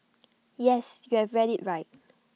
yes you have read IT right